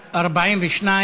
סעיפים 1 9 נתקבלו.